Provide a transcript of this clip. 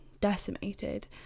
decimated